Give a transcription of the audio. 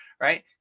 right